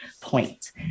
point